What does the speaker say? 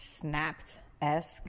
snapped-esque